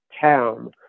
town